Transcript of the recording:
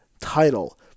title